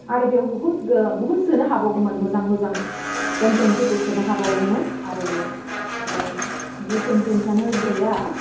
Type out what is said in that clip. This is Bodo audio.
आरो बेयाव बुहुत बुहुत सोनो हाबावगौमोन मोजां मोजां कन्टेन्टफोरखौ सोनो हाबावगौमोन आरो बुहुत कन्टेन्टसआनो गैया